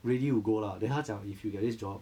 ready to go lah then 他讲 if you get this job